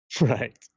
Right